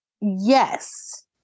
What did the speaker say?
Yes